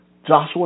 Joshua